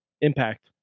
Impact